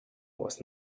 was